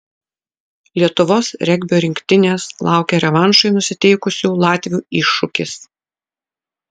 lietuvos regbio rinktinės laukia revanšui nusiteikusių latvių iššūkis